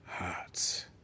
hearts